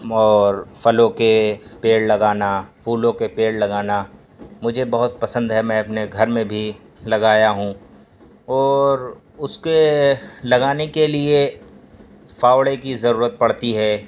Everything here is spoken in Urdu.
اور پھلوں کے پیڑ لگانا پھولوں کے پیڑ لگانا مجھے بہت پسند ہے میں اپنے گھر میں بھی لگایا ہوں اور اس کے لگانے کے لیے پھاؤڑے کی ضرورت پڑتی ہے